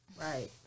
right